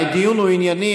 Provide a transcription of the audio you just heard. הדיון הוא ענייני,